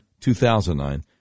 2009